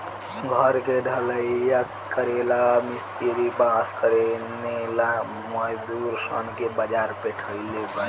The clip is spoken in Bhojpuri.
घर के ढलइया करेला ला मिस्त्री बास किनेला मजदूर सन के बाजार पेठइले बारन